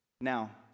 Now